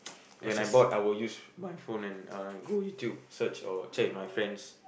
when I bored I will use my phone and uh go YouTube search or chat with my friends